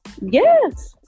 Yes